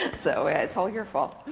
and so it's all your fault.